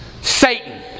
Satan